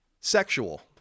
sexual